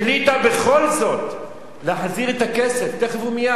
בכל זאת להחזיר את הכסף תיכף ומייד,